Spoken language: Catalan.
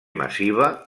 massiva